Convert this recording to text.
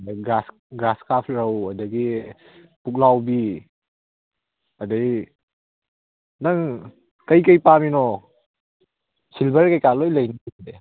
grass grass ꯀꯞ ꯔꯧ ꯑꯗꯒꯤ ꯄꯨꯛꯂꯥꯎꯕꯤ ꯑꯗꯩ ꯅꯪ ꯀꯩꯀꯩ ꯄꯥꯝꯃꯤꯅꯣ ꯁꯤꯜꯚꯔ ꯀꯩꯀꯩꯀ ꯂꯣꯏ ꯂꯩꯅꯤ